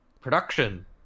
production